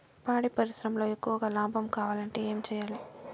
పాడి పరిశ్రమలో ఎక్కువగా లాభం కావాలంటే ఏం చేయాలి?